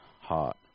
heart